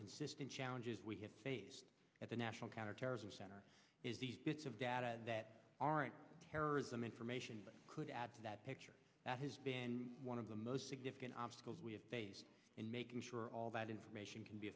consistent challenges we had at the national counterterrorism center is these bits of data that aren't terrorism information could add to that picture that has been one of the most significant obstacles we have face in making sure all that information can be